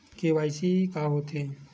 KYC का होथे?